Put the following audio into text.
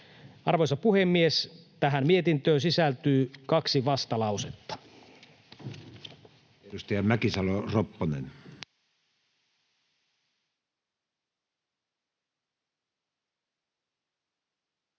Arvoisa puhemies! Tähän mietintöön sisältyy kaksi vastalausetta.